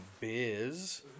biz